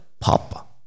pop